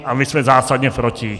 A my jsme zásadně proti.